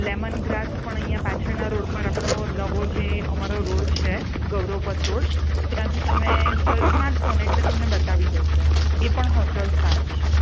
lemon grass પણ અહીંયા પાછળના રોડ પર આપણો નવો જે રોડ અમારો રોડ છે ગૌરવ પથ રોડ ત્યાંથી તમે સર્ચ મારશો ને એટલે તમને બતાવી દેશે એ પણ હોટલ સારી છે